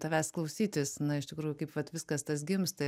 tavęs klausytis na iš tikrųjų kaip vat viskas tas gimsta